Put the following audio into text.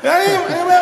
אני אומר,